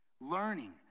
learning